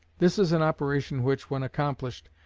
this is an operation which, when accomplished,